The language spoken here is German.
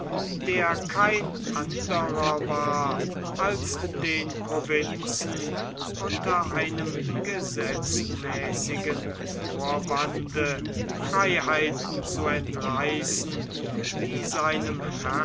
der kein anderer war als den provinzen unter einem gesetzmäßigen vorwande freiheiten zu entreißen die seinem